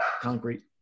concrete